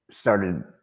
started